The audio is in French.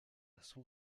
son